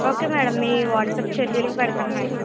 okay madam మీ వాట్సప్కి schedule పెడతాం మేడం